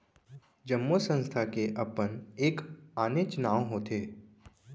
जम्मो संस्था के अपन एक आनेच्च नांव होथे